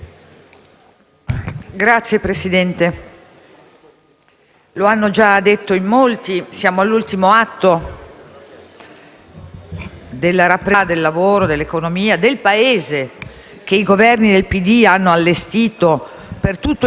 Signor Presidente, lo hanno già detto in molti: siamo all'ultimo atto della rappresentazione della società, del lavoro, dell'economia e del Paese che i Governi del PD hanno allestito per tutto il corso di questa legislatura.